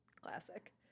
Classic